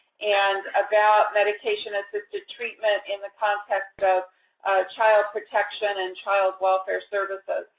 and about medication-assisted treatment in the context of child protection and child welfare services.